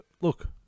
Look